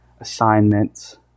assignments